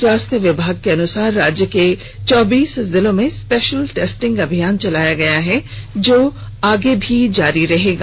स्वास्थ्य विभाग के अनुसार राज्य के चौबीस जिलों में स्पेशल टेस्टिंग अभियान चलाया गया जो आगे भी जारी रहेगा